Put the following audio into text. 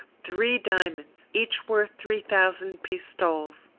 three diamonds! each worth three thousand pistoles!